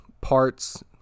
parts